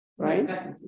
right